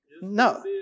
No